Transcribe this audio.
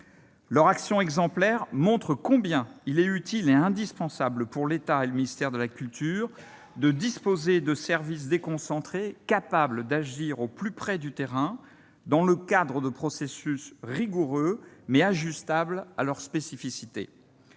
Leur action exemplaire le montre bien : il est utile, et même indispensable, pour l'État et le ministère de la culture de disposer de services déconcentrés capables d'agir au plus près du terrain, dans le cadre de processus rigoureux, mais ajustables à leurs spécificités.